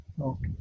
Okay